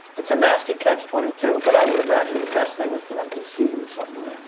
it's a nasty catch twenty two. but i would imagine the best thing is for them to see you somewhere.